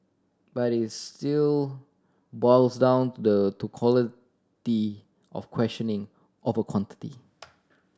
but it still boils down the to quality of questioning over quantity